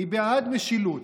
אני בעד משילות,